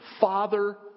father